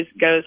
goes